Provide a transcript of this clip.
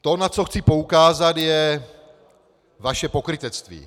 To, na co chci poukázat, je vaše pokrytectví.